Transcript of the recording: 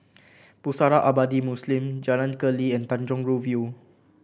Pusara Abadi Muslim Jalan Keli and Tanjong Rhu View